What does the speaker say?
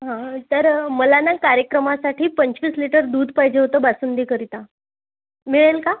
हां तर मला ना कार्यक्रमासाठी पंचवीस लिटर दूध पाहिजे होतं बासुंदीकरिता मिळेल का